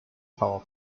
power